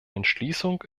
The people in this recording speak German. entschließung